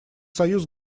союз